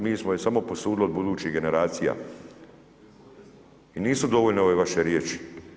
Mi smo je samo posudili od budućih generacija i nisu dovoljne ove vaše riječi.